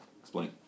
Explain